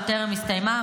שטרם הסתיימה,